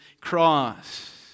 cross